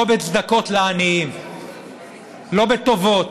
לא בצדקות לעניים ולא בטובות.